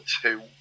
two